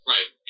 Right